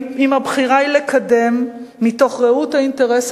אם הבחירה היא לקדם מתוך ראות האינטרס